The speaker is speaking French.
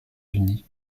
unis